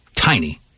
Tiny